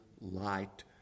light